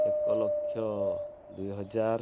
ଏକ ଲକ୍ଷ ଦୁଇହଜାର